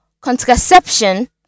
contraception